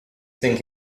think